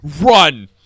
Run